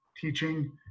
teaching